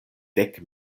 dek